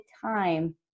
time